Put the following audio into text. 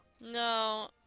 No